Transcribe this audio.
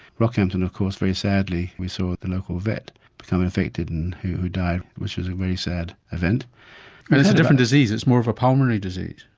rockhampton of course very sadly we saw the local vet become infected and die which is a very sad event. and it's a different disease, it's more of a pulmonary disease?